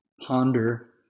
ponder